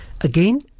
Again